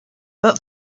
but